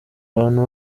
abantu